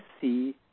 see